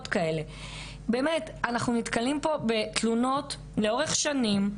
אנחנו באמת נתקלים פה בתלונות לאורך שנים,